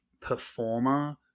performer